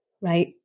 right